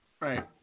Right